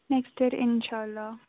next year اِنشاء اللہ